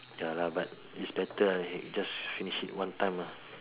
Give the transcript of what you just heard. ya lah but is better lah just finish it one time lah